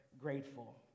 grateful